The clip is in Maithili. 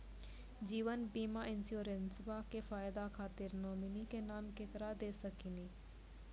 जीवन बीमा इंश्योरेंसबा के फायदा खातिर नोमिनी के नाम केकरा दे सकिनी?